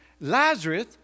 Lazarus